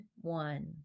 one